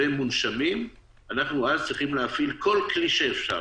אנחנו אז צריכים להפעיל כל כלי שאפשר,